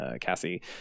cassie